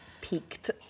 peaked